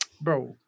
bro